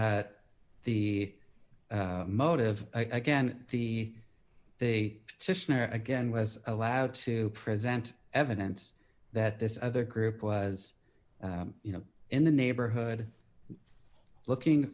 e motive again the they again was allowed to present evidence that this other group was you know in the neighborhood looking